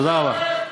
תודה רבה.